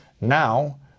Now